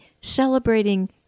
celebrating